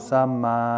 Sama